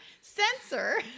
censor